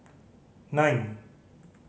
nine